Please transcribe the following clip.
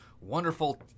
wonderful